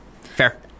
Fair